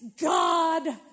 God